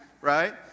right